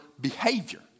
behavior